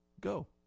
Go